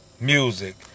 music